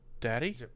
Daddy